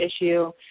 issue